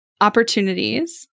opportunities